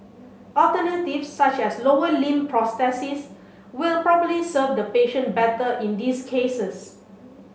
alternatives such as lower limb prosthesis will probably serve the patient better in these cases